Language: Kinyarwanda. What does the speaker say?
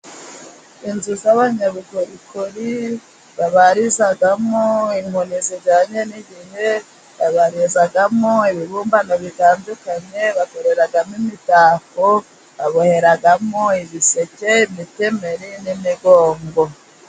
Inzu z' abanyabukorikori babarizamo inkoni zijyanye n'igihe, babarizamo ibibumbano bitandukanye, bakoreramo imitako, baboheramo ibiseke, imitemeri, n'imigongo.